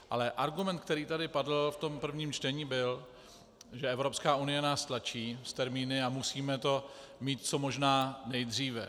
Ale argument, který tady padl v prvním čtení, byl, že Evropská unie nás tlačí s termíny a musíme to co možná nejdříve.